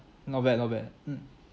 not bad not bad mm